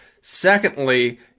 Secondly